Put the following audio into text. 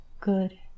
good